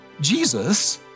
Jesus